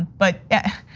but yeah,